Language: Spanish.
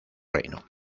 reino